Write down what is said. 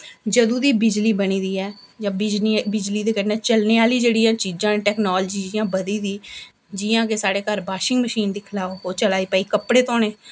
जदूं दी बिजली बनी दी ऐ जां बिजली दे कन्नै चलने आह्लियां जेह्ड़ियां चीज़ां न टैकनालजी जियां बधी दी जियां साढ़े कि घर बाशिंग मशीन दिक्खो लैओ ओह् चला दी कपड़े भई धोने